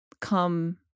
come